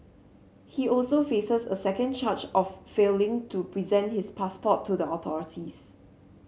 he also faces a second charge of failing to present his passport to the authorities